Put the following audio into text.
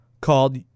called